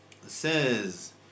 says